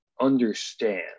understand